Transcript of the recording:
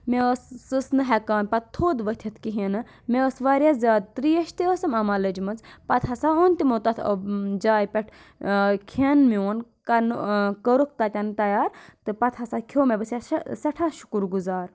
مےٚ ٲس سۄ ٲسۍ نہٕ ہیٚکان پَتہٕ تھوٚد ؤتھِتھ کِہیٖنۍ نہٕ مےٚ ٲس واریاہ زیادٕ تریش تہِ ٲسٕم اَما لٔجمٕژ پَتہٕ ہَسا اوٚن تِمو تَتھ جایہِ پؠٹھ کھیٚن میون کَرنہٕ کوٚرُکھ تَتؠن تَیار تہٕ پَتہٕ ہَسا کھیٚو مےٚ بہٕ چھس سؠٹھاہ شُکُر گُزار